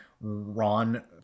Ron